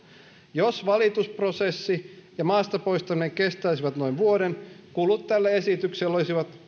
jos valitusprosessi ja maasta poistaminen kestäisivät noin vuoden kulut tälle esitykselle olisivat